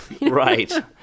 Right